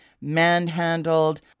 manhandled